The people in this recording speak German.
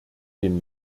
den